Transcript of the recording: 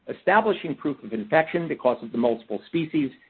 establishing proof of infection because of the multiple species,